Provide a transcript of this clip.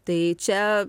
tai čia